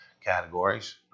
categories